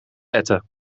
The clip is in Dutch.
letten